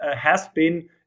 has-been